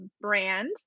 brand